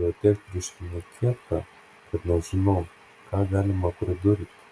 jau tiek prišnekėta kad nežinau ką galima pridurti